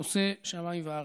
עֹשה שמים וארץ.